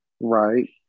Right